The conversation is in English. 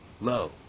low